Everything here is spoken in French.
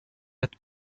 être